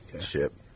Ship